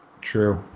True